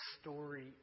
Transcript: story